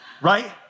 right